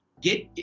get